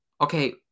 okay